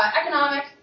Economic